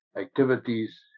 activities